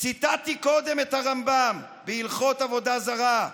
ציטטתי קודם את הרמב"ם, בהלכות עבודה זרה,